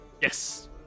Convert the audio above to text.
Yes